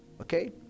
okay